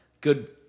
good